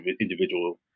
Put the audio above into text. individual